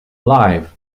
live